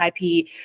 IP